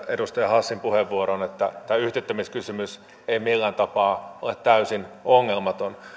edustaja hassin puheenvuoroon myös siinä mielessä että tämä yhtiöittämiskysymys ei millään tapaa ole täysin ongelmaton